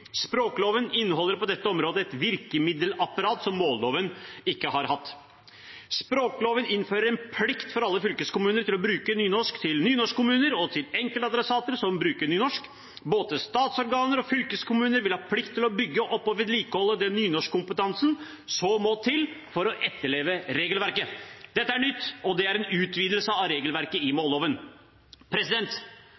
Språkloven inneholder på dette området et virkemiddelapparat som målloven ikke har hatt. Språkloven innfører en plikt for alle fylkeskommuner til å bruke nynorsk til nynorskkommuner og til enkeltadressater som bruker nynorsk. Både statsorganer og fylkeskommuner vil ha plikt til å bygge opp og vedlikeholde den nynorskkompetansen som må til for å etterleve regelverket. Dette er nytt, og det er en utvidelse av regelverket i